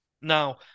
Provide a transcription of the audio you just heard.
Now